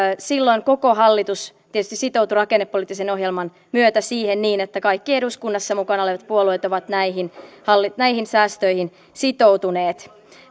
silloin koko hallitus tietysti sitoutui rakennepoliittisen ohjelman myötä siihen niin että kaikki eduskunnassa mukana olevat puolueet ovat näihin säästöihin sitoutuneet